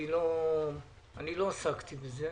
אני לא עסקתי בזה.